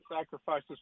sacrifices